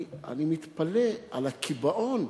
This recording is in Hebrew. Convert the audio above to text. אני מתפלא על הקיבעון.